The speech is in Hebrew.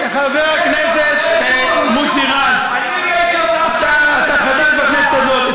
חבר הכנסת מוסי רז, אתה חבר בכנסת הזאת.